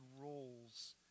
roles